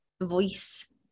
voice